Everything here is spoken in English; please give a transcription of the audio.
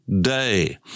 day